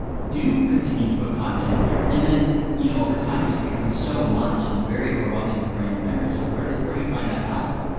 do continue to put content in there, and then, you know, over time, it just becomes so much, and very overwhelming to brand-new members, so where do where do you find that balance?